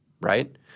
right